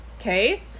okay